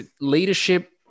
Leadership